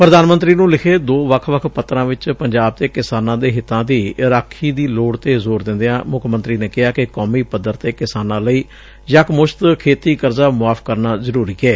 ਪ੍ਧਾਨ ਮੰਤਰੀ ਨੂੰ ਲਿਖੇ ਦੋ ਵੱਖ ਪੱਤਰਾਂ ਚ ਪੰਜਾਬ ਦੇ ਕਿਸਾਨਾਂ ਦੇ ਹਿੱਤਾਂ ਦੀ ਰਾਖੀ ਦੀ ਲੋੜ ਤੇ ਜ਼ੋਰ ਦਿੰਦਿਆਂ ਮੁੱਖ ਮੰਤਰੀ ਨੇ ਕਿਹਾ ਕਿ ਕੌਮੀ ਪੱਧਰ ਤੇ ਕਿਸਾਨਾਂ ਲਈ ਯਕਮੁਸ਼ਤ ਖੇਤੀ ਕਰਜ਼ਾ ਮੁਆਫ਼ ਕਰਨਾ ਜ਼ਰੂਰੀ ਏ